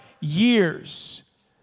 years